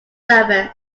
service